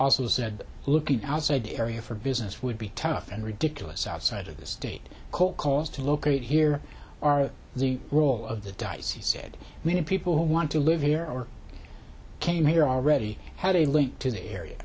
also said looking outside the area for business would be tough and ridiculous outside of the state cold calls to locate here are the roll of the dice he said meaning people who want to live here or came here already had a link to the area